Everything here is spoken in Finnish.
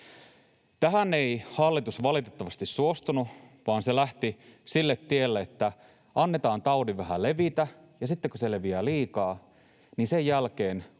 Tähän ei hallitus valitettavasti suostunut, vaan se lähti sille tielle, että annetaan taudin vähän levitä ja sitten, kun se leviää liikaa, niin sen jälkeen